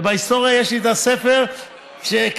ובהיסטוריה יש לי את הספר שכתבנו,